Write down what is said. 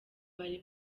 bari